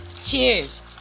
cheers